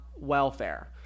welfare